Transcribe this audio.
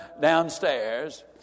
downstairs